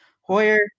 Hoyer